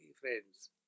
Friends